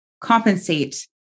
compensate